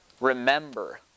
remember